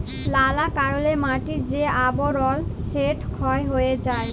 লালা কারলে মাটির যে আবরল সেট ক্ষয় হঁয়ে যায়